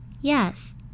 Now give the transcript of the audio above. Yes